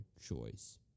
choice